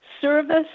service